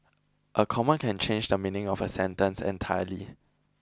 a comma can change the meaning of a sentence entirely